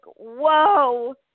whoa